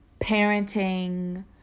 parenting